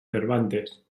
cervantes